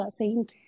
saint